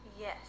Yes